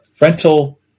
rental